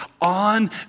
on